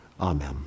Amen